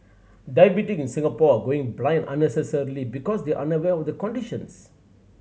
diabetic in Singapore are going blind unnecessarily because they are unaware of the conditions